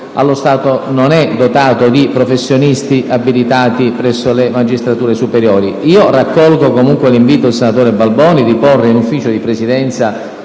allo stato, non è dotato di professionisti abilitati presso le magistrature superiori. Io raccolgo, comunque, l'invito del senatore Balboni a porre in Consiglio di Presidenza